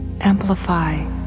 amplify